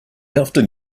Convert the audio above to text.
often